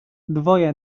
dwoje